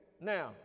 Now